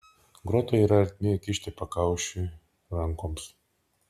grotoje yra ertmė įkišti pakaušiui rankoms